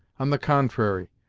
on the contrary,